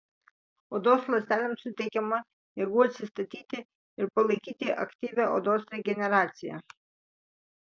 odos ląstelėms suteikiama jėgų atsistatyti ir palaikyti aktyvią odos regeneraciją